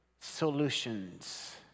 solutions